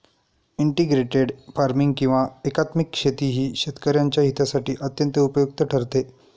integrated farming किंवा एकात्मिक शेती ही शेतकऱ्यांच्या हितासाठी अत्यंत उपयुक्त ठरते